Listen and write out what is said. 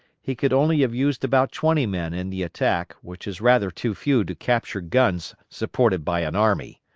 he could only have used about twenty men in the attack, which is rather too few to capture guns supported by an army.